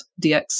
DX